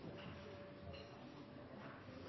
ei